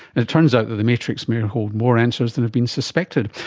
it it turns out that the matrix may hold more answers than have been suspected.